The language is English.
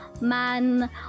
man